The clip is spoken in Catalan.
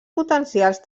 potencials